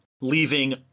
leaving